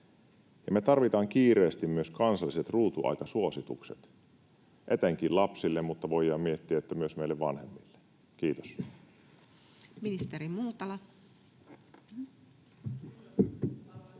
me tarvitaan kiireesti myös kansalliset ruutuaikasuositukset etenkin lapsille, mutta voidaan miettiä, että myös meille vanhemmille. — Kiitos.